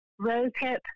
rosehip